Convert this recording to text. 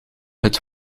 het